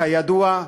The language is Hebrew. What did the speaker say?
כידוע,